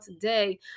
today